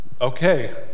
Okay